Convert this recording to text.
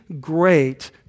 great